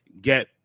get